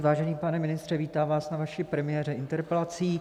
Vážený pane ministře, vítám vás na vaší premiéře interpelací.